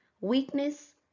weakness